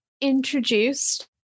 introduced